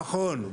נכון.